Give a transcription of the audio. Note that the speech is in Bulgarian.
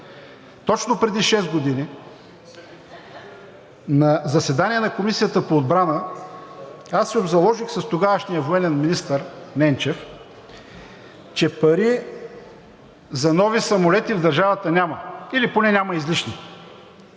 Точно преди шест години на заседание на Комисията по отбрана аз се обзаложих с тогавашния военен министър Ненчев, че пари за нови самолети в държавата няма или поне няма излишни,